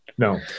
No